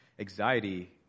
Anxiety